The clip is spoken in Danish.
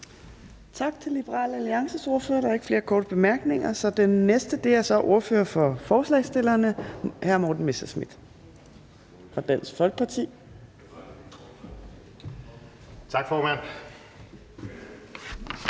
Tak til Liberal Alliances ordfører. Der er ikke flere korte bemærkninger. Den næste er så ordføreren for forslagsstillerne, hr. Morten Messerschmidt fra Dansk Folkeparti. Kl.